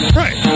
right